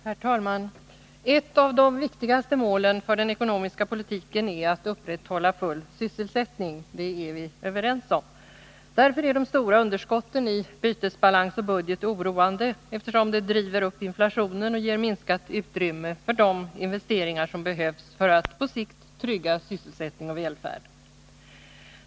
Herr talman! Ett av de viktigaste målen för den ekonomiska politiken är att upprätthålla full sysselsättning — det är vi överens om. Därför är de stora underskotten i bytesbalans och budget oroande. De driver upp inflationen och ger minskat utrymme för de investeringar som behövs för att på sikt trygga sysselsättning och välfärd.